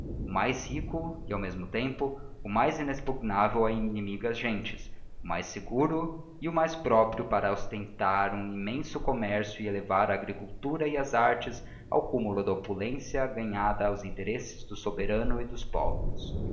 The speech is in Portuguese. mais rico e ao mesmo tempo o mais inexpugnável a inimigas gentes o mais seguro e o mais próprio para sustentar um immenso commercio e elevar a agricultura e as artes ao cumulo da opulência ganhada aos interesses do soberano e dos povos